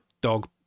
dog